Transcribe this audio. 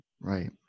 Right